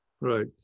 Right